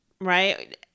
right